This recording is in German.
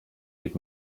mit